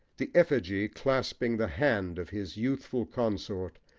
the effigy clasping the hand of his youthful consort,